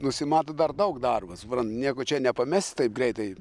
nusimato dar daug darbo suprantat nieko čia nepamesi taip greitai